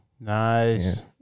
Nice